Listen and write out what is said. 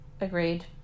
Agreed